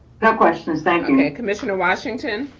no question, thank you. okay, comissioner washington.